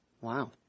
Wow